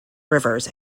rivers